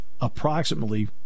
approximately